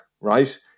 right